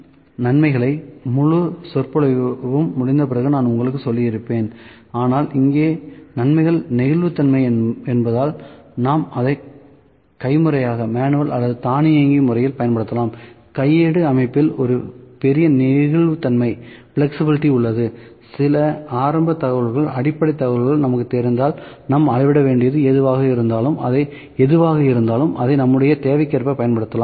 M இன் நன்மைகளை முழு சொற்பொழிவும் முடிந்தபின் நான் உங்களுக்கு சொல்லியிருப்பேன் ஆனால் இங்கே நன்மைகள் நெகிழ்வுத்தன்மை என்பதால் நாம் அதை கைமுறையாக அல்லது தானியங்கி முறையில் பயன்படுத்தலாம் கையேடு அமைப்பில் ஒரு பெரிய நெகிழ்வுத்தன்மை உள்ளது சில ஆரம்ப தகவல்கள் அடிப்படை தகவல்கள் நமக்குத் தெரிந்தால் நாம் அளவிட வேண்டியது எதுவாக இருந்தாலும் அதை நம்முடைய தேவைக்கேற்ப பயன்படுத்தலாம்